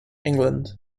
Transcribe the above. england